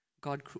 God